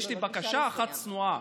אבל יש לי בקשה אחת צנועה.